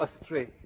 astray